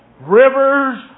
rivers